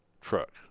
truck